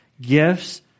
gifts